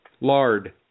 Lard